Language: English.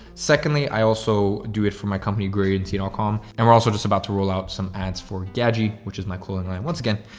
secondly, i also do it for my company growyouragency and com. and we're also just about to roll out some ads for gadzhi, which is my clothing line. once again,